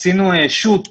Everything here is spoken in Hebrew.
עשינו שו"ת